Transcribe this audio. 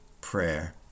prayer